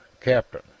Captain